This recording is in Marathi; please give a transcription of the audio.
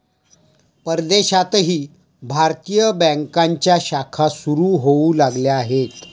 परदेशातही भारतीय बँकांच्या शाखा सुरू होऊ लागल्या आहेत